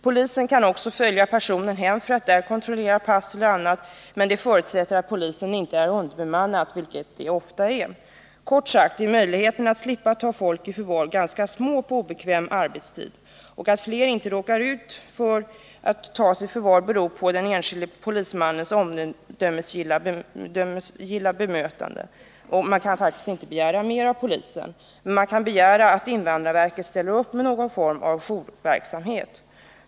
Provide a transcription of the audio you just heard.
Polisen kan också följa personen hem för att där kontrollera pass eller annat. Men det förutsätter att polisen inte är underbemannad, vilket den ofta är. Kort sagt är möjligheten att slippa ta folk i förvar på obekväm arbetstid ganska liten. Att fler inte råkar ut för att tas i förvar beror på den enskilde polismannens omdömesgilla bemötande. Man kan inte begära mer av polisen. Men man kan begära att invandrarverket ställer upp med någon form av jourverksamhet.